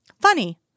Funny